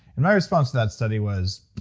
and my response to that study was,